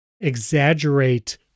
exaggerate